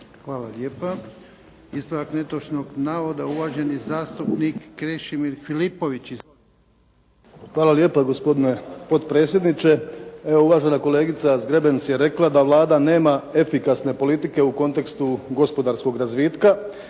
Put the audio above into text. Hvala lijepa. Ispravak netočnog navoda, uvaženi zastupnik Krešimir Filipović. Izvolite. **Filipović, Krešo (HDZ)** Hvala lijepa gospodine potpredsjedniče. Evo, uvažena kolegica Zgrebec je rekla da Vlada nema efikasne politike u kontekstu gospodarskog razvitka